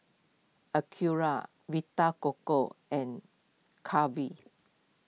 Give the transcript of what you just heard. Acura Vita Coco and Calbee